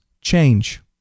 change